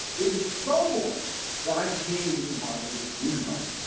it is so boring that i can't even bother to think about it